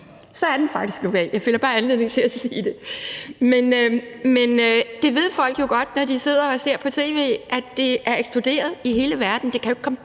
er den faktisk global; jeg føler bare anledning til at sige det. Folk ved jo godt, når de sidder og ser på tv, at det er eksploderet i hele verden.